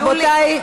רבותי.